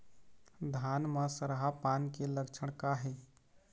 धान म सरहा पान के लक्षण का हे?